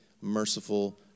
merciful